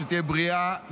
שתהיה בריאה,